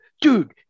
dude